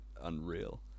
unreal